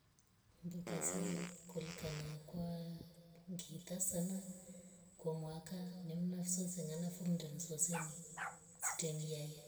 Mboka ze kulikana kwa ngita sana kwa mwaka ni mnafso sengana foo mndonsosemi sitangiaye